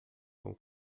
com